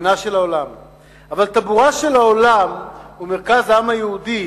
אבל טבורו של העולם ומרכז העם היהודי